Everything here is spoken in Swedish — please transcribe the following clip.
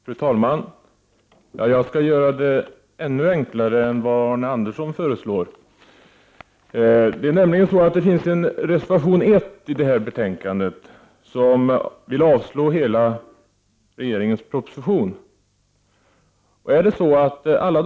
Fru talman! Jag skall göra det ännu enklare än vad Arne Andersson i Ljung föreslår. Det finns nämligen en reservation i betänkandet som vill avslå hela regeringens proposition, nämligen reservation nr 1.